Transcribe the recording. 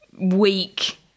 weak